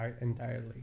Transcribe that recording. entirely